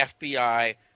FBI